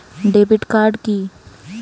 Debit card কি?